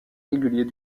régulier